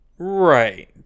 Right